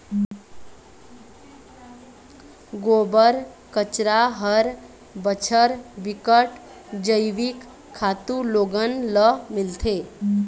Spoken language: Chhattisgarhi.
गोबर, कचरा हर बछर बिकट जइविक खातू लोगन ल मिलथे